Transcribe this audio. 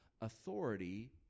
authority